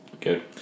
Good